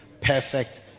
perfect